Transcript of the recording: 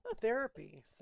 therapy